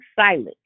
silent